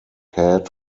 had